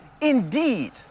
Indeed